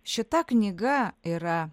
šita knyga yra